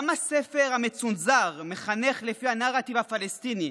גם הספר המצונזר מחנך לפי הנרטיב הפלסטיני